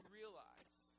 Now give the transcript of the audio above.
realize